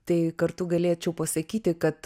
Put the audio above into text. tai kartu galėčiau pasakyti kad